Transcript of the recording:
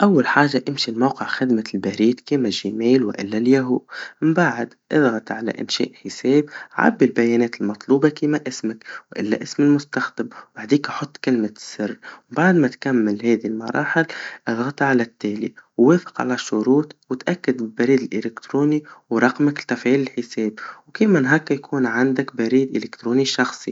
أول حاجا نمشي لموقع خدمة البريد كيما جيميل وإلا الياهو, من بعد اضغط على إنشاء حساب, عبي البيانات المطلوبا, كيما اسمك وإلا اسم المستخدم, وبعديكا حط كلمة السر, وبعد ما تكمل هيدي المراحل, إضغط على التالي, ووافق على الشروط, واتأكد إن البريد الإلكتروني ورقمك لتفعيل الحساب, وكيمان هكا يكون عندك بريد إلكتروني شخصي.